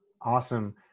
Awesome